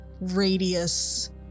radius